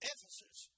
Ephesus